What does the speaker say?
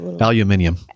Aluminium